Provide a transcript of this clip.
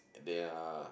they're